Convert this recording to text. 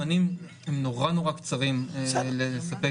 לוחות הזמנים נורא קצרים כדי לספק נתונים.